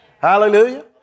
Hallelujah